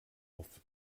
auf